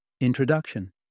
Introduction